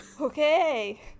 Okay